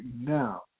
now